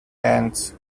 hands